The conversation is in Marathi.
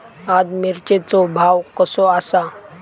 आज मिरचेचो भाव कसो आसा?